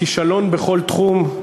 כישלון בכל תחום,